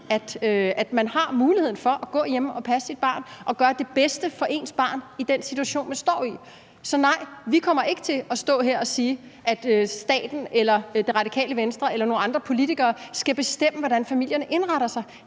at man har muligheden for at gå hjemme og passe sit barn og gøre det bedste for sit barn i den situation, man står i. Så nej, vi kommer ikke til at stå her og sige, at staten eller Radikale Venstre eller nogen andre politikere skal bestemme, hvordan familierne indretter sig.